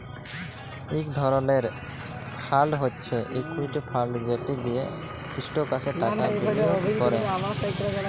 ইক ধরলের ফাল্ড হছে ইকুইটি ফাল্ড যেট দিঁয়ে ইস্টকসে টাকা বিলিয়গ ক্যরে